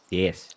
yes